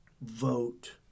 vote